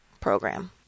program